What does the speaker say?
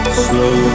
Slow